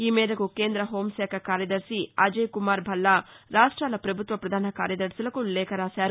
ఈ మేరకు కేంద్ర హోంశాఖ కార్యదర్శి అజయ్ కుమార్ భల్లా రాష్టాల ప్రభుత్వ ప్రధాన కార్యదర్భులకు లేఖ రాశారు